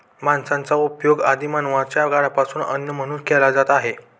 मांसाचा उपयोग आदि मानवाच्या काळापासून अन्न म्हणून केला जात आहे